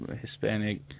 Hispanic